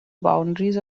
boundaries